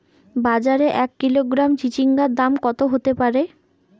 বাজারে এক কিলোগ্রাম চিচিঙ্গার দাম কত হতে পারে?